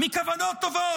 מכוונות טובות,